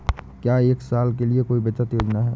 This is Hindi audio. क्या एक साल के लिए कोई बचत योजना है?